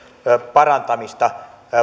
parantamista